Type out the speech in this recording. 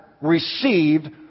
received